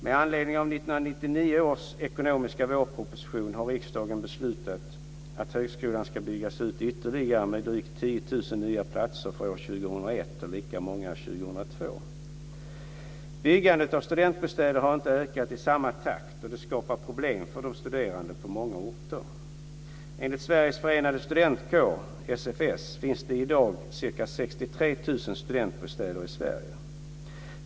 Med anledning av 1999 års ekonomiska vårproposition har riksdagen beslutat att högskolan ska byggas ut ytterligare - med drygt 10 000 nya platser för år 2001 och lika många för år 2002. Byggandet av studentbostäder har inte ökat i samma takt, och det skapar problem för de studerande på många orter. Enligt Sveriges Förenade Studentkårer, SFS, finns det i dag ca 63 000 studentbostäder i Sverige.